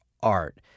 Art